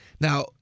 Now